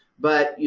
but you